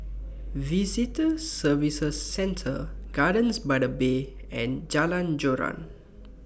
Visitor Services Center Gardens By The Bay and Jalan Joran